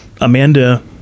amanda